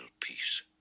peace